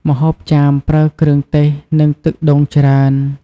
ម្ហូបចាមប្រើគ្រឿងទេស និងទឹកដូងច្រើន។